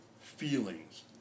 feelings